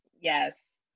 yes